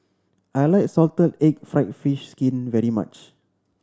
I like salted egg fried fish skin very much